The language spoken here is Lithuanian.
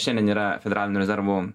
šiandien yra federalinių rezervų